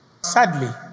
sadly